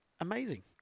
Amazing